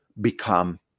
become